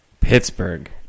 Pittsburgh